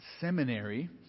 seminary